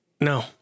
No